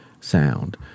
sound